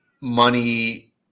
money